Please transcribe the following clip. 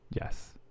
Yes